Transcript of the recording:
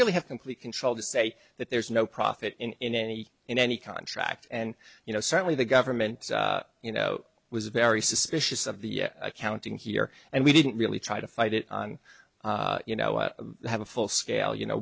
really have complete control to say that there's no profit in any in any contract and you know certainly the government you know was very suspicious of the accounting here and we didn't really try to fight it on you know i have a full scale you know